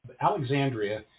Alexandria